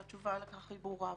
שהתשובה לכך היא ברורה.